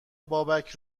بابک